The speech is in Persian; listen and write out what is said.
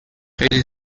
خیلی